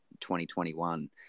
2021